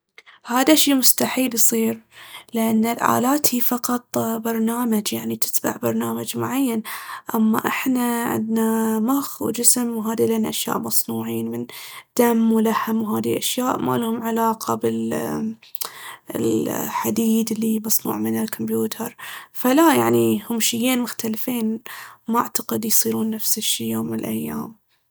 هذا الشي مستحيل يصير لأن الآلات هي فقط برنامج يعني، تتبع برنامج معين. أما احنا عندنا مخ وجسم وهاذيلين أشياء مصنوعين من دم ولحم وهاذي أشياء ما لهم علاقة بالحديد اللي مصنوع منه الكمبيوتر. فلا، يعني هم شيين مختلفين وما أعتقد يصيرون نفس الشي يوم من الأيام.